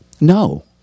No